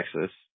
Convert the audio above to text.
Texas